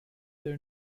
their